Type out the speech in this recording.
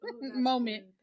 moment